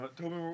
toby